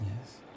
Yes